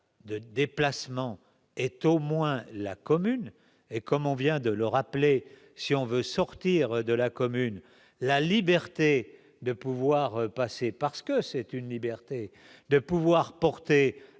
de déplacement est au moins la commune et comme on vient de le rappeler, si on veut sortir de la commune, la liberté de pouvoir passer parce que c'est une liberté. De pouvoir porter